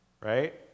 right